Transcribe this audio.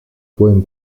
pueden